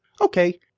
Okay